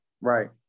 right